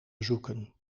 bezoeken